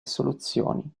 soluzioni